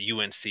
UNC